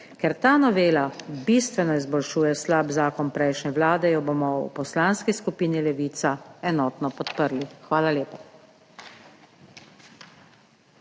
Ker ta novela bistveno izboljšuje slab zakon prejšnje vlade, jo bomo v Poslanski skupini Levica enotno podprli. Hvala lepa.